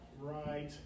Right